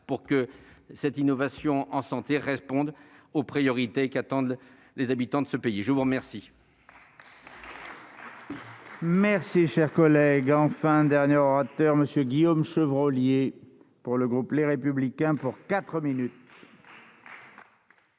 pour que cette innovation en santé répondent aux priorités qu'attendent les habitants de ce pays, je vous remercie. Merci, cher collègue, enfin, dernier orateur, monsieur Guillaume Chevrollier pour le groupe Les Républicains pour 4 minutes.